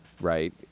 right